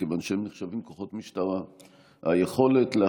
מכיוון שהם נחשבים כוחות משטרה.